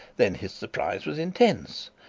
then his surprise was intense.